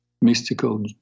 mystical